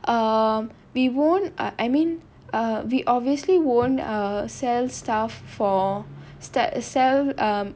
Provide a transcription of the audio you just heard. um we won't uh I mean uh we obviously won't uh sell stuff for st~ sell um